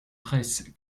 fraysse